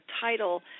title